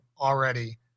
already